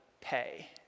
pay